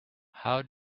how